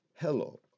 Hello